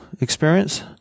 experience